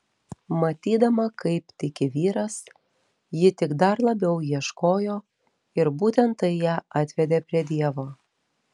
matydama kaip tiki vyras ji tik dar labiau ieškojo ir būtent tai ją atvedė prie dievo